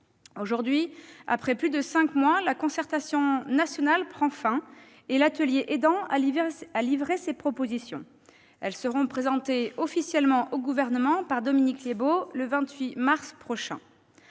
Aujourd'hui, après plus de cinq mois, la concertation nationale prend fin et l'atelier « aidants » a livré ses propositions. Elles seront présentées officiellement au Gouvernement par Dominique Libault le 28 mars prochain.